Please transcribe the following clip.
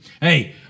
Hey